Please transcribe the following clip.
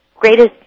greatest